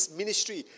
ministry